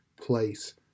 place